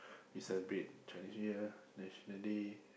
we celebrate Chinese New Year National Day